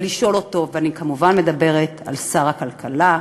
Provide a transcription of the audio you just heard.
לשאול אותו, ואני כמובן מדברת על שר הכלכלה,